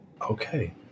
Okay